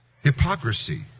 hypocrisy